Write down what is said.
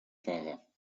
fahrer